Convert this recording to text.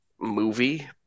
movie